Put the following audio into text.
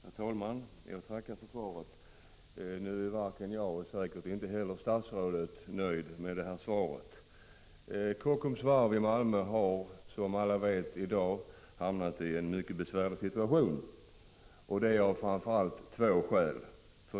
Herr talman! Jag tackar för svaret. Jag är inte nöjd med detta svar och säkert inte statsrådet heller. Kockums varv i Malmö har som alla vet i dag hamnat i en mycket besvärlig situation. Det är av framför allt två skäl.